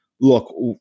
look